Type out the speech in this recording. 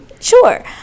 Sure